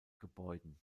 gebäuden